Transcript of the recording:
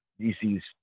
DC's